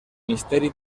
misteri